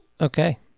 Okay